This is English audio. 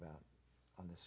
about on this